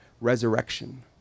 resurrection